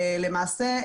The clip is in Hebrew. למעשה,